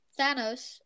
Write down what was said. Thanos